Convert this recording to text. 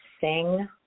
sing